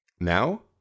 Now